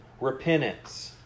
repentance